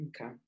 Okay